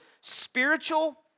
spiritual